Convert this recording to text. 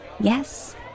Yes